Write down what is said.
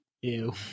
Ew